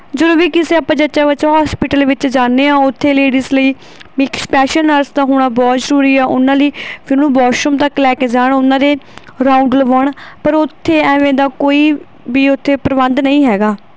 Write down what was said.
ਜਦੋਂ ਵੀ ਕਿਸੇ ਆਪਾਂ ਜੱਚਾ ਬੱਚਾ ਹੋਸਪੀਟਲ ਵਿੱਚ ਜਾਂਦੇ ਹਾਂ ਉੱਥੇ ਲੇਡੀਜ਼ ਲਈ ਵੀ ਇੱਕ ਸਪੈਸ਼ਲ ਨਰਸ ਦਾ ਹੋਣਾ ਬਹੁਤ ਜ਼ਰੂਰੀ ਆ ਉਹਨਾਂ ਲਈ ਫਿਰ ਉਹਨਾਂ ਨੂੰ ਵੋਸ਼ਰੂਮ ਤੱਕ ਲੈ ਕੇ ਜਾਣ ਉਹਨਾਂ ਦੇ ਰਾਊਡ ਲਵਾਉਣ ਪਰ ਉੱਥੇ ਐਵੇਂ ਦਾ ਕੋਈ ਵੀ ਉੱਥੇ ਪ੍ਰਬੰਧ ਨਹੀਂ ਹੈਗਾ